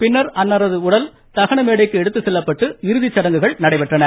பின்னர் அன்னாரது உடல் தகன மேடைக்கு எடுத்துச்செல்லப்பட்டு இறுதிச்சடங்குகள் நடைபெற்றன